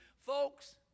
Folks